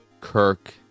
Kirk